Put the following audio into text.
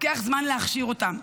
לוקח זמן להכשיר אותם,